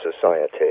Society